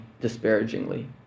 disparagingly